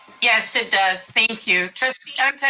yes it does, thank you. trustee ntuk,